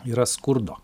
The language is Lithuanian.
yra skurdo